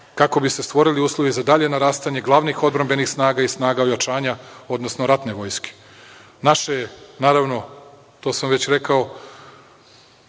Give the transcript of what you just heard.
kako bi se stvorili uslovi za dalje narastanje glavnih odbrambenih snaga i snaga ojačanja, odnosno ratne vojske. Naravno, to sam već rekao,